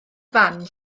fan